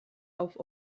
auf